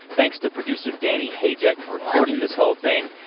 thanks to producer danny hajek for recording this whole thing.